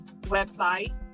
website